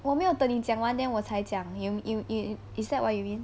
我没有等你讲完我才讲 you you you is that what you mean